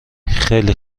خیلی